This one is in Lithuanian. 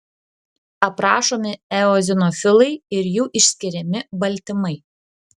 aprašomi eozinofilai ir jų išskiriami baltymai